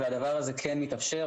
הדבר הזה כן מתאפשר.